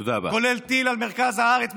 כולל טיל על מרכז הארץ,